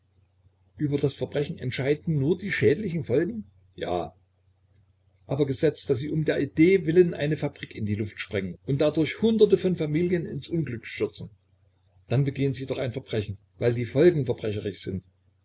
über das verbrechen entscheiden nur die schädlichen folgen ja aber gesetzt daß sie um der idee willen eine fabrik in die luft sprengen und dadurch hunderte von familien ins unglück stürzen dann begehen sie doch ein verbrechen weil die folgen verbrecherisch sind